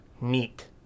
Neat